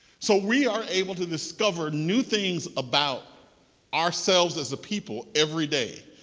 so we are able to discover new things about ourselves as a people every day.